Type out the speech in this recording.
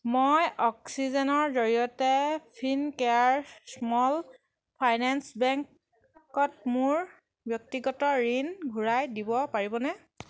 মই অক্সিজেনৰ জৰিয়তে ফিন কেয়াৰ স্মল ফাইনেন্স বেংকত মোৰ ব্যক্তিগত ঋণ ঘূৰাই দিব পাৰিবনে